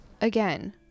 Again